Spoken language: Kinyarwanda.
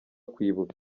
kwibuka